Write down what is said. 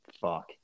Fuck